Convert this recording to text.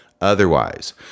otherwise